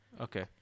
okay